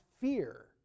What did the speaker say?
fear